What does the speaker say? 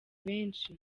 benshi